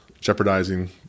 jeopardizing